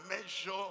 measure